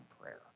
prayer